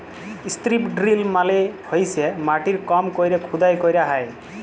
strip drill মালে হইসে মাটির কম কইরে খুদাই ক্যইরা হ্যয়